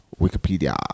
Wikipedia